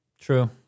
True